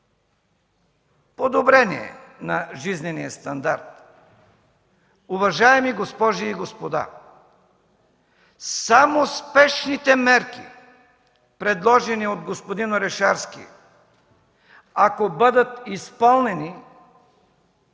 подобрение на жизнения стандарт. Уважаеми госпожи и господа, само спешните мерки, предложени от господин Орешарски, ако бъдат изпълнени